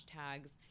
hashtags